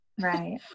right